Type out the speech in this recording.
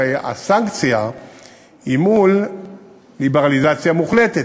הרי הסנקציה היא מול ליברליזציה מוחלטת,